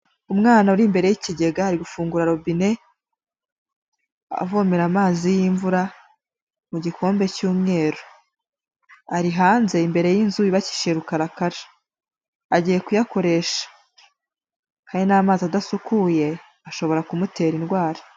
Umwana uri imbere y'ikigega, ari gufungura robine avomera amazi y'imvura mu gikombe cy'umweru, ari hanze imbere y'inzu yubakishije rukarakara, agiye kuyakoresha kandi ni amazi adasukuye ashobora kumutera indwara.